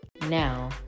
Now